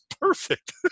perfect